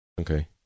Okay